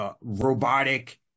robotic